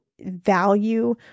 value